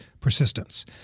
persistence